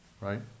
right